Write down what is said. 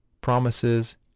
promises